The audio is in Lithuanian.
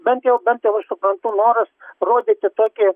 bent jau bent jau aš suprantu noras rodyti tokį